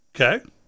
Okay